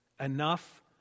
enough